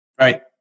Right